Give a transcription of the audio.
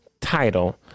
Title